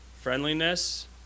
friendliness